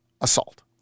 assault